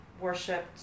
worshipped